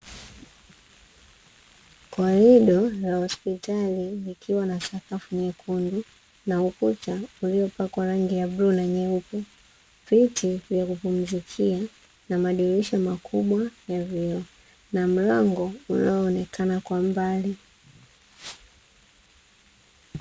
Korido la hospitali likiwa na sakafu nyekundu, na ukuta uliopakwa rangi ya bluu na nyeupe, viti vya kupumzikia na madirisha makubwa ya vioo, na mlango unaoonekana kwa mbali.